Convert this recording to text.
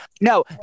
No